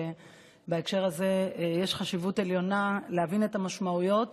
בהקשר הזה יש חשיבות עליונה להבין את המשמעויות